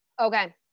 Okay